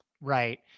Right